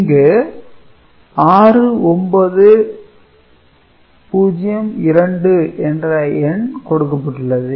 இங்கு 6902 என்ற எண் கொடுக்கப்பட்டுள்ளது